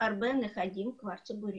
הרבה נכדים שהם כבר צברים.